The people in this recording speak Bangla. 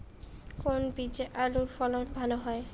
কোন বীজে আলুর ফলন ভালো হয়?